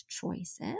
choices